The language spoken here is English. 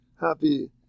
happy